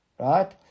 Right